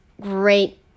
great